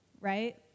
right